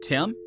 Tim